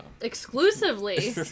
Exclusively